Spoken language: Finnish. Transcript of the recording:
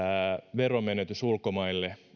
veromenetys ulkomaille